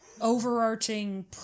overarching